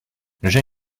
j’ai